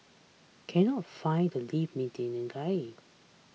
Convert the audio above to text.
cannot find the lift maintenance guy